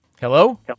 Hello